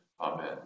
Amen